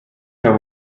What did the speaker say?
herr